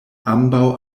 ambaŭ